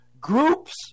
Groups